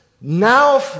now